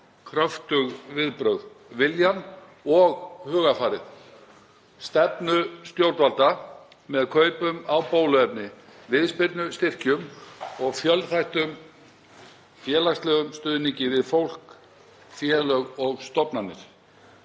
kröftug viðbrögð, viljann og hugarfarið, stefnu stjórnvalda með kaupum á bóluefni, viðspyrnustyrkjum og fjölþættum félagslegum stuðningi við fólk, félög og stofnanir.